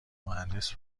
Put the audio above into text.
مهندس